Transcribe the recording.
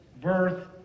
birth